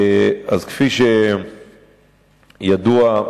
כפי שידוע,